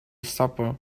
supper